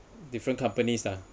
different companies lah